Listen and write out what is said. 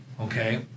Okay